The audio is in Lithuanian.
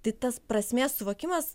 tai tas prasmės suvokimas